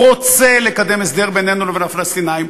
רוצה לקדם הסדר בינינו לבין הפלסטינים,